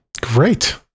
Great